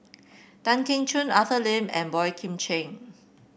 Tan Keong Choon Arthur Lim and Boey Kim Cheng